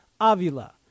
Avila